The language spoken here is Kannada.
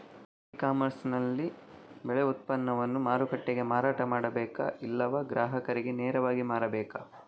ಇ ಕಾಮರ್ಸ್ ನಲ್ಲಿ ನಾನು ಬೆಳೆ ಉತ್ಪನ್ನವನ್ನು ಮಾರುಕಟ್ಟೆಗೆ ಮಾರಾಟ ಮಾಡಬೇಕಾ ಇಲ್ಲವಾ ಗ್ರಾಹಕರಿಗೆ ನೇರವಾಗಿ ಮಾರಬೇಕಾ?